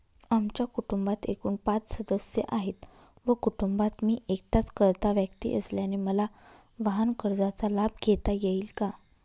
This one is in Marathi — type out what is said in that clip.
आमच्या कुटुंबात एकूण पाच सदस्य आहेत व कुटुंबात मी एकटाच कर्ता व्यक्ती असल्याने मला वाहनकर्जाचा लाभ घेता येईल का?